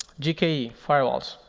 gke firewalls.